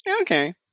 Okay